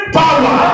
power